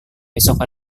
besok